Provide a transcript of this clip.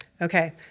Okay